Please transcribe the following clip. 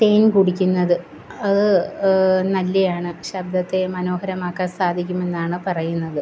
തേൻ കുടിക്കുന്നത് അത് നല്ലതാണ് ശബ്ദത്തെ മനോഹരമാക്കാൻ സാധിക്കുമെന്നാണ് പറയുന്നത്